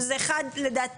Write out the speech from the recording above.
שזה אחד לדעתי,